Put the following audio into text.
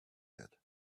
yet